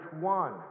one